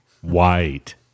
White